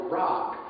rock